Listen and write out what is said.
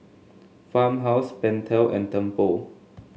Farmhouse Pentel and Tempur